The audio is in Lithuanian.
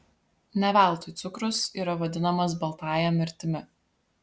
ne veltui cukrus yra vadinamas baltąja mirtimi